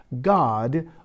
God